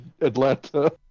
Atlanta